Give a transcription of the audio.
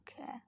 Okay